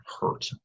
hurt